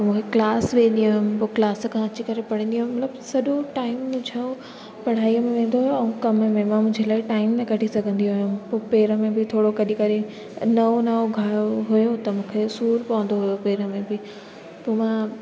हूअ क्लास वेंदी हुयमि पोइ क्लास खां अची करे पढ़ंदी हुयमि मतिलब सॼो टाइम मुंहिंजो पढ़ाईअ में वेंदो हुयो ऐं कम में मां मुंहिंजे लाइ टाइम न कढी सघंदी हुयमि पोइ पेर में बि थोरो कढी करे नओं नओं घाव हुयो त मूंखे सूर पवंदो हुयो पेर में बि पोइ मां